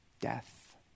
Death